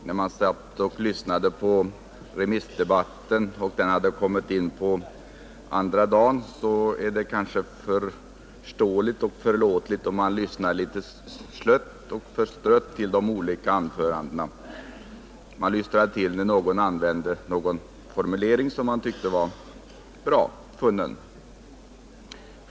Herr talman! Det är kanske förståeligt och förlåtligt om man under remissdebattens andra dag lyssnade litet slött och förstrött till de olika anförandena. Man lystrade till när någon talare använde en formulering som man tyckte var välfunnen.